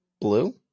Blue